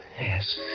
Yes